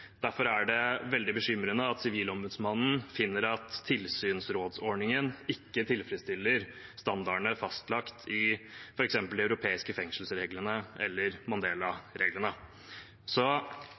Derfor er det veldig bekymringsfullt at Sivilombudsmannen finner at tilsynsrådsordningen ikke tilfredsstiller standardene fastlagt i f.eks. de europeiske fengselsreglene eller